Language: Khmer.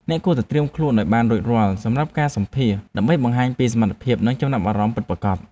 អ្នកគួរតែត្រៀមខ្លួនឱ្យបានរួចរាល់សម្រាប់ការសម្ភាសន៍ដើម្បីបង្ហាញពីសមត្ថភាពនិងចំណាប់អារម្មណ៍ពិតប្រាកដ។